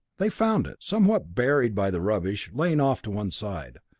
they found it, somewhat buried by the rubbish, lying off to one side.